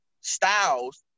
styles